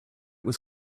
was